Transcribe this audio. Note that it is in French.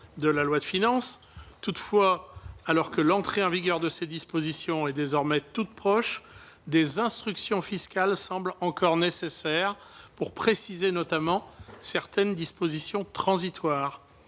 de la loi. Toutefois, alors que l'entrée en vigueur de cette disposition est désormais toute proche, des instructions fiscales semblent encore nécessaires pour préciser notamment certaines dispositions transitoires.